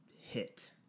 hit